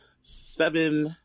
seven